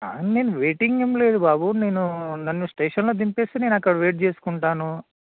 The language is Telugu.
నేను వెయిటింగ్ ఏం లేదు బాబు నేను నన్ను స్టేషన్లో దింపేస్తే నేను అక్కడ వెయిట్ చేసుకుంటాను